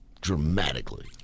dramatically